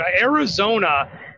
Arizona